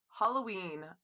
Halloween